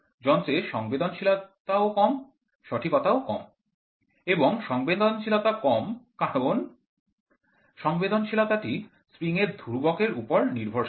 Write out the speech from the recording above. যন্ত্রের সংবেদনশীলতাও কম সঠিকতাও কম এবং সংবেদনশীলতা কম কারণ সংবেদনশীলতাটি স্প্রিং এর ধ্রুবক এর উপর নির্ভরশীল